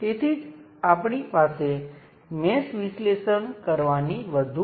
અને જો તમને આ ચોક્કસ વાયરમાં તે કરંટ મળે તો તે શૂન્ય હશે કારણ કે આ I તેમાં જશે અને તે વાયરમાં કંઈ આવતું નથી